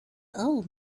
old